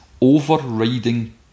overriding